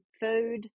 food